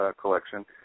collection